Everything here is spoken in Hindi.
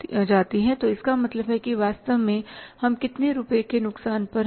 तो इसका मतलब है कि वास्तव में हम कितने रुपये के नुकसान पर हैं